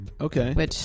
Okay